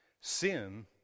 Sin